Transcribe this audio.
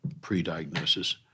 pre-diagnosis